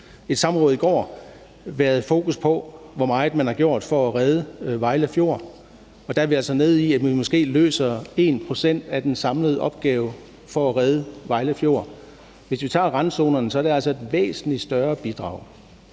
et samråd i går været fokus på, hvor meget man har gjort for at redde Vejle Fjord, og der er vi altså nede i, at vi måske løser 1 pct. af den samlede opgave for at redde Vejle Fjord. Hvis vi tager randzonerne, er det altså et væsentlig større bidrag,